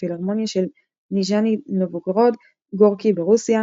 הפילהרמונית של ניז'ני נובגורוד-גורקי ברוסיה,